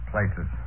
Places